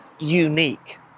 unique